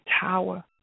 tower